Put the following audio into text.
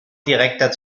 direkter